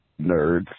nerds